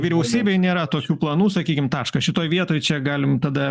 vyriausybėj nėra tokių planų sakykim taškas šitoj vietoj čia galim tada